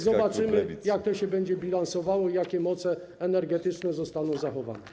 Zobaczymy, jak to się będzie bilansowało i jakie moce energetyczne zostaną zachowane.